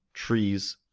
trees,